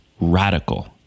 radical